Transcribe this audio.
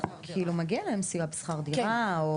מגיע להם סיוע בשכר דירה.